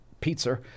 pizza